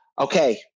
Okay